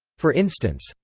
for instance,